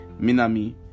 Minami